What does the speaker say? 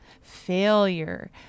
Failure